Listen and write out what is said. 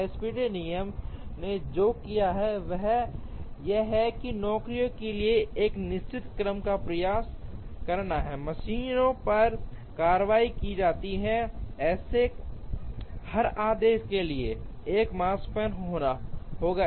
SPT नियम ने जो किया है वह यह है कि नौकरियों के लिए एक निश्चित क्रम का प्रयास करना है मशीनों पर कार्रवाई की जाती है ऐसे हर आदेश के लिए एक makespan होगा